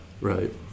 Right